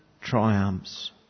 triumphs